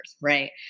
right